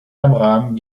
abraham